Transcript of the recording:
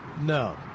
No